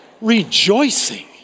Rejoicing